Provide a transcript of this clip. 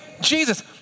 Jesus